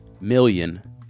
million